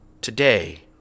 today